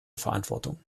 verantwortung